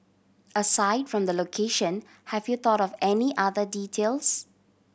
aside from the location have you thought of any other details